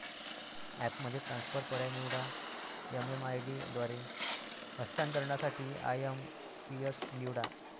ॲपमध्ये ट्रान्सफर पर्याय निवडा, एम.एम.आय.डी द्वारे हस्तांतरणासाठी आय.एम.पी.एस निवडा